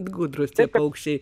gudrūs paukščiai